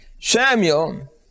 Samuel